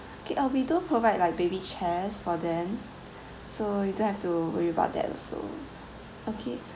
okay uh we do provide like baby chairs for them so you don't have to worry about that also okay